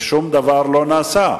ושום דבר לא נעשה.